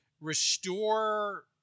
restore